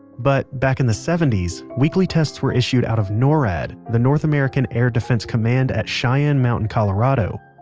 but back in the seventy s, weekly tests were issued out of norad, the north american air defense command at cheyenne mountain, colorado.